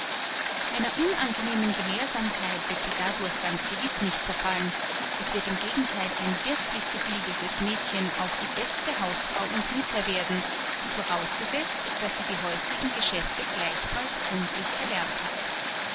einer unangenehmen gelehrsamkeit wird sie dadurch ganz gewiß nicht verfallen es wird im gegentheil ein wirklich gebildetes mädchen auch die beste hausfrau und mutter werden vorausgesetzt daß sie die häuslichen geschäfte gleichfalls gründlich erlernt hat